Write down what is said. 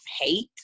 hate